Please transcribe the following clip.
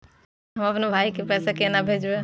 हम आपन भाई के पैसा केना भेजबे?